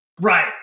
right